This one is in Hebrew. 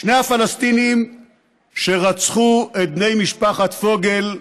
שני הפלסטינים שרצחו את בני משפחת פוגל,